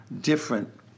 different